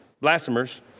blasphemers